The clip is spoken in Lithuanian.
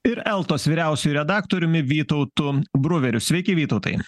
ir eltos vyriausiuoju redaktoriumi vytautu bruveriu sveiki vytautai